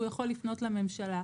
הוא יכול לפנות לממשלה.